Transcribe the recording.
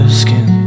skin